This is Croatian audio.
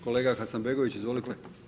Kolega Hasanbegović, izvolite.